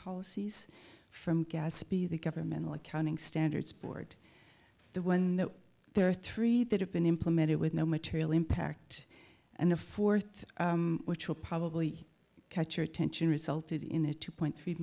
policies from gaspy the governmental accounting standards board the one that there are three that have been implemented with no material impact and the fourth which will probably catch your attention resulted in a two point three